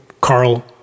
Carl